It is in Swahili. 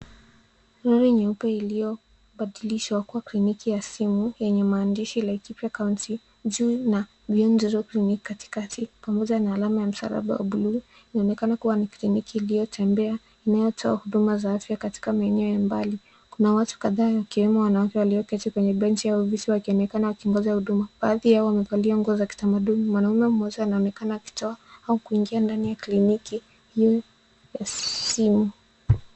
Gari nyeupe iliyobadilishwa kuwa kliniki ya simu yenye maandishi Laikipia County juu na Beyond Zero Clinic katikati pamoja na alama ya msalaba wa buluu. Inaonekana kuwa ni kliniki iliyotembea inayotoa huduma za kijamii katika eneo ya mbali. Kuna watu kadhaa wakiwemo wanawake walioketi kwenye benchi wakionekana wakingoja huduma. Baadhi yao wamevalia nguo za kitamaduni. Mwanaume mmoja anaonekana akitoka au kuingia katika kliniki USU.